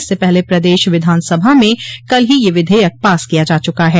इससे पहले प्रदेश विधानसभा में कल ही यह विधेयक पास किया जा चुका है